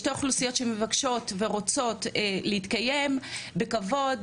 שתי אוכלוסיות שמבקשות ורוצות להתקיים בכבוד,